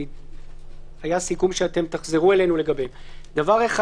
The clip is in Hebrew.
שהיה סיכום שתחזרו אלינו לגביהם: אחד,